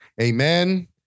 Amen